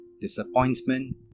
disappointment